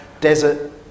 desert